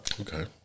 Okay